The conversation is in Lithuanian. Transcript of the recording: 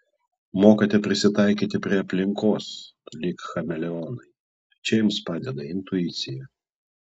mokate prisitaikyti prie aplinkos lyg chameleonai čia jums padeda intuicija